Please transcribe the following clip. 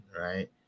right